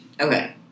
okay